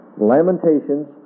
Lamentations